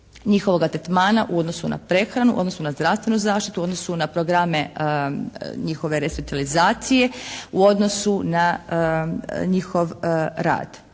njihovoga tretmana u odnosu na prehranu, u odnosu na zdravstvenu zaštitu, u odnosu na programe njihove resocijalizacije, u odnosu na njihov rad.